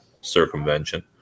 circumvention